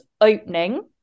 opening